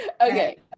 Okay